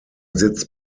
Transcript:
sitz